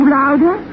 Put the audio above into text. louder